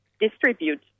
distribute